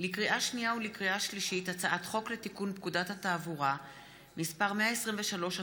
לקריאה שנייה ולקריאה שלישית: הצעת חוק לתיקון פקודת התעבורה (מס' 123),